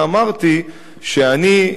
ואמרתי שאני,